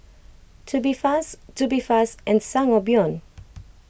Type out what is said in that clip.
Tubifast Tubifast and Sangobion